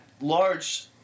large